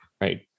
right